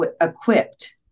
equipped